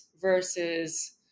versus